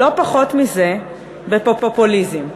לא פחות מזה, בפופוליזם.